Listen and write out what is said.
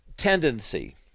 Tendency